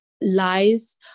lies